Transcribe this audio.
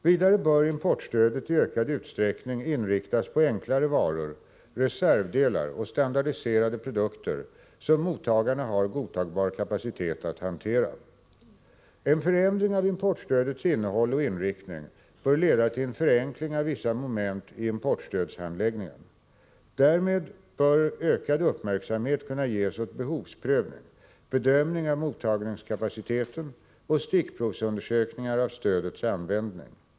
Vidare bör importstödet i ökad utsträckning inriktas på enklare varor, reservdelar och standardiserade produkter som mottagarna har godtagbar kapacitet att hantera. En förändring av importstödets innehåll och inriktning bör leda till en förenkling av vissa moment i importstödshandläggningen. Därmed bör ökad uppmärksamhet kunna ges åt behovsprövning, bedömning av mottagningskapaciteten och stickprovsundersökningar av stödets användning.